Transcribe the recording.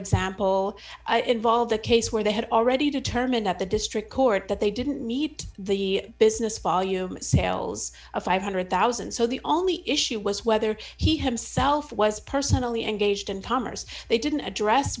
example involved a case where they had already determined that the district court that they didn't need the business value sales of five hundred thousand so the only issue was whether he himself was personally engaged in palmers they didn't address